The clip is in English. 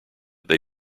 they